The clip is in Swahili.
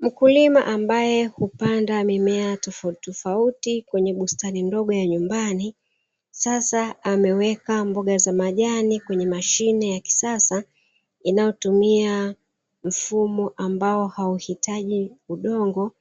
Mkulima ambaye hupanda mimea tofauti tofauti kwenye bustani ndogo ya nyumbani, sasa ameweka mboga za majani kwenye mashine ya kisasa inayotumia mfumo ambao hauhitaji udongo,